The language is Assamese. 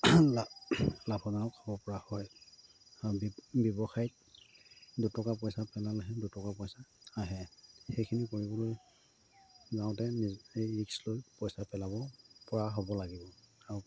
লাভ লাভজনক হ'বপৰা হয় আৰু ব্যৱসায়ত দুটকা পইচা পেলালেহে দুটকা পইচা আহে সেইখিনি কৰিবলৈ যাওঁতে ৰিস্ক লৈ পইচা পেলাবপৰা হ'ব লাগিব আৰু